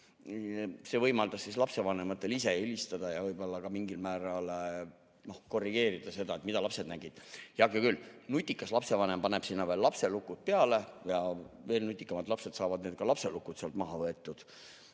See võimaldas lapsevanematel helistada ja võib-olla ka mingil määral korrigeerida seda, mida lapsed nägid. Heake küll, nutikas lapsevanem paneb sinna lapselukud peale ja veel nutikamad lapsed saavad lapselukud sealt maha võetud. Aga